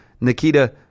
Nikita